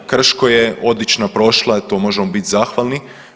Krško je odlično prošla, to možemo bit zahvalni.